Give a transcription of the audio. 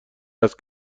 است